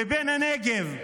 לבין הנגב.